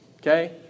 Okay